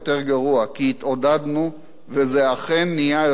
כי התעודדנו וזה אכן נהיה יותר גרוע.